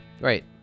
Right